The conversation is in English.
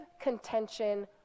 contention